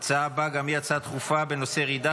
ההצעה הבאה גם היא הצעה דחופה לסדר-היום בנושא: ירידה